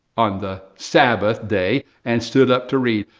and sabbath day, and stood up to read.